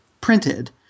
printed